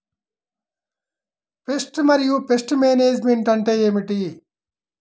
Pest మరియు pest management అంటే ఏమిటి?